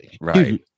Right